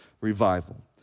revival